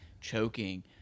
choking